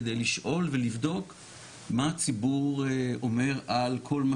כדי לשאול ולבדוק מה הציבור אומר על כל מה